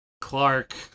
clark